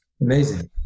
amazing